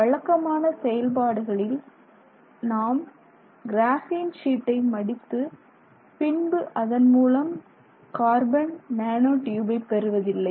வழக்கமான செயல்பாடுகளில் நாம் கிராஃப்பின் ஷீட்டை மடித்து பின்பு அதன்மூலம் கார்பன் நானோ டியூபை பெறுவதில்லை